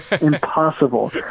Impossible